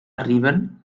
arriben